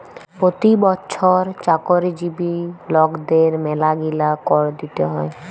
পতি বচ্ছর চাকরিজীবি লকদের ম্যালাগিলা কর দিতে হ্যয়